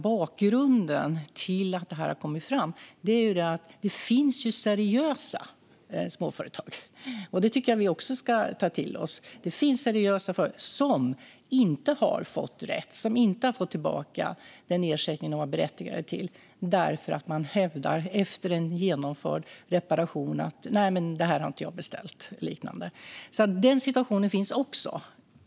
Bakgrunden till att det här har kommit fram är att det finns seriösa småföretag - det måste vi ta till oss - som inte har fått rätt och fått tillbaka den ersättning de varit berättigade till då personer efter att en reparation är genomförd hävdat att de inte beställt den. Sådana situationer finns också.